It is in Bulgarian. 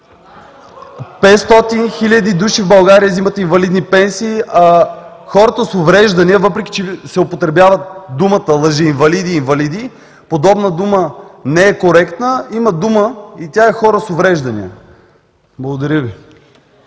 500 хиляди души в България взимат инвалидни пенсии, а хората с увреждания, въпреки че се употребява думата „лъжеинвалиди“ и „инвалиди“, подобна дума не е коректна. Има дума и тя е „хора с увреждания“. Благодаря Ви.